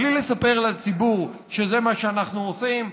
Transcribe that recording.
בלי לספר לציבור שזה מה שאנחנו עושים,